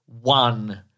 one